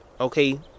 okay